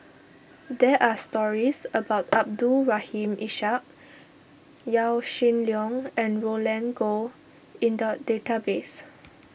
there are stories about Abdul Rahim Ishak Yaw Shin Leong and Roland Goh in the database